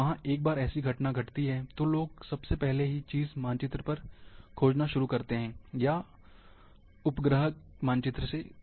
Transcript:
और वहाँ एक बार ऐसी घटना घटती है तो लोग सबसे पहली चीज़ मानचित्र की खोज से शुरू करते हैं या और उपग्रह मानचित्र से